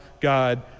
God